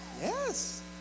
yes